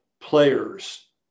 players